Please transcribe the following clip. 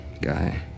guy